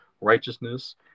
righteousness